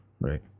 right